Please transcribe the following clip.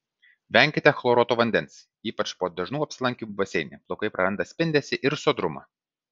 venkite chloruoto vandens ypač po dažnų apsilankymų baseine plaukai praranda spindesį ir sodrumą